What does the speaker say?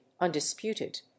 undisputed